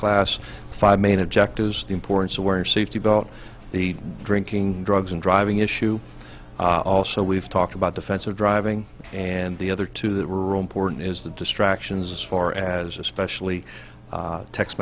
class five main objectives the importance of learning safety belt the drinking drugs and driving issue also we've talked about defensive driving and the other two that were important is the distractions as far as especially text